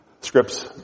scripts